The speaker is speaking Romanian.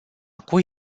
cui